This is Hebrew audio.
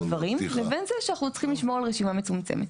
דברים לבין זה שאנחנו צריכים לשמור על רשימה מצומצמת.